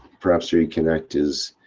perhaps reconnect his.